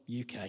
UK